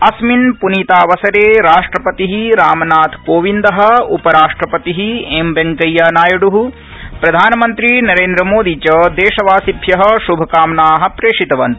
अस्मिन् प्नीतावसरे राष्ट्रपति रामनाथ कोविंद उपराष्ट्रपति एमवेंक्यानायड् प्रधानमंत्री नरेन्द्रमोदी च देशवासिभ्य श्भकामना प्रेषितवन्त